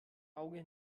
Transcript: auge